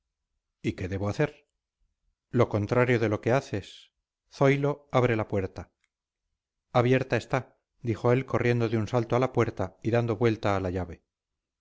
y qué debo hacer lo contrario de lo que haces zoilo abre la puerta abierta está dijo él corriendo de un salto a la puerta y dando vuelta a la llave